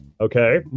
Okay